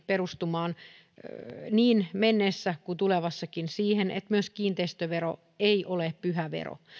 perustuu niin menneessä kuin tulevassakin siihen että myöskään kiinteistövero ei ole pyhä vero